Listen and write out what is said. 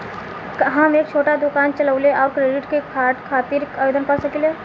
हम एक छोटा दुकान चलवइले और क्रेडिट कार्ड खातिर आवेदन कर सकिले?